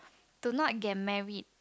do not get marry